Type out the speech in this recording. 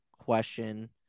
question